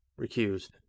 recused